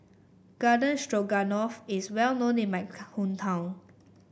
Garden Stroganoff is well known in my hometown